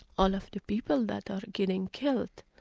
all of the people that are getting killed.